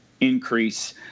increase